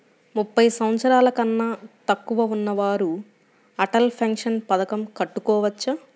ముప్పై సంవత్సరాలకన్నా తక్కువ ఉన్నవారు అటల్ పెన్షన్ పథకం కట్టుకోవచ్చా?